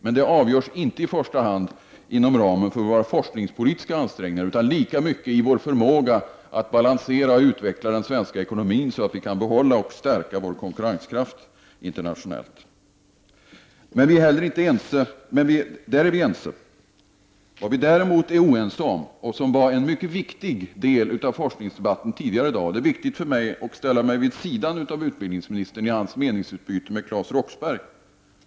Men det avgörs inte i första hand inom ramen för våra forskningspolitiska ansträngningar utan lika mycket i vår förmåga att balansera och utveckla den svenska ekonomin så att vi kan behålla och stärka konkurrenskraften internationellt. Där är vi ense. Däremot är vi oense i fråga om en mycket viktig del av forskningsdebatten tidigare i dag, och där är det viktigt för mig att ställa mig vid sidan av utbildningsministern i hans meningsutbyte med Claes Roxbergh.